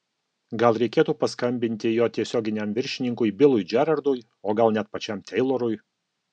gal reikėtų paskambinti jo tiesioginiam viršininkui bilui džerardui o gal net pačiam teilorui